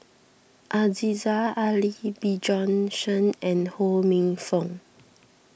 Aziza Ali Bjorn Shen and Ho Minfong